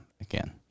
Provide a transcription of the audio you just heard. again